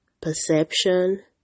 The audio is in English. perception